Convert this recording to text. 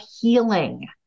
healing